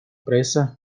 presa